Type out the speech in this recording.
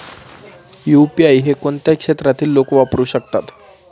UPI हे कोणत्या क्षेत्रातील लोक वापरू शकतात?